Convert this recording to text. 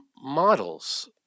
models